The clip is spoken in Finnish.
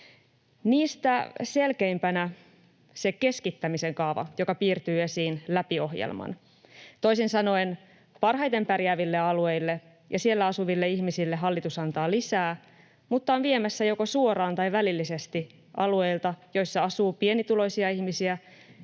Niistä selkeimpänä on se keskittämisen kaava, joka piirtyy esiin läpi ohjelman. Toisin sanoen parhaiten pärjääville alueille ja siellä asuville ihmisille hallitus antaa lisää, mutta on viemässä joko suoraan tai välillisesti alueilta, joilla asuu pienituloisia ihmisiä,